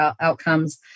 outcomes